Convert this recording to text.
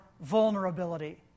vulnerability